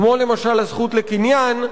כמו למשל הזכות לקניין,